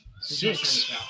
six